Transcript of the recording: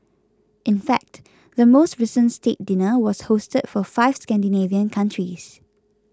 in fact the most recent state dinner was hosted for five Scandinavian countries